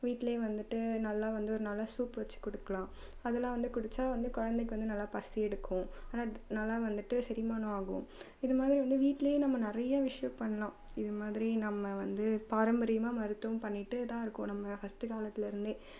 வீட்டிலே வந்துட்டு நல்லா வந்து ஒரு நல்ல சூப் வச்சு கொடுக்கலாம் அதெலாம் வந்து குடிச்சால் வந்து குழந்தைக்கு வந்து நல்லா பசி எடுக்கும் ஆனால் நல்லா வந்துட்டு செரிமானம் ஆகும் இது மாதிரி வந்து வீட்டிலே நம்ம நிறைய விஷியம் பண்ணலாம் இது மாதிரி நம்ம வந்து பாரம்பரியமாக மருத்துவம் பண்ணிகிட்டே தான் இருக்கோம் நம்ம ஃபர்ஸ்ட்டு காலத்தில் இருந்தே